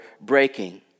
breaking